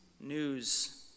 news